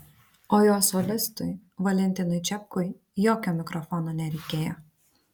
o jo solistui valentinui čepkui jokio mikrofono nereikėjo